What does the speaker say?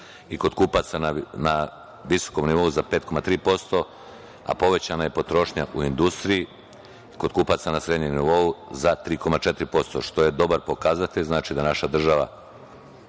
i kod kupaca na visokom nivou za 5,3%, a povećana je potrošnja u industriji, kod kupaca na srednjem nivou, za 3,4%, što je dobar pokazatelj da se naša država